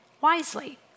wisely